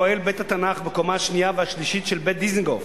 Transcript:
פועל בית-התנ"ך בקומה השנייה והשלישית של בית-דיזנגוף